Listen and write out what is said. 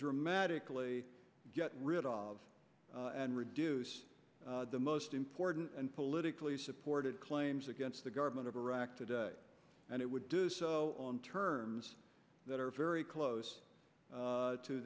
dramatically get rid of and reduce the most important and politically supported claims against the government of iraq today and it would do so on terms that are very close